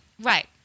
Right